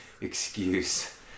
excuse